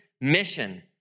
mission